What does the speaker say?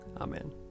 Amen